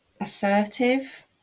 assertive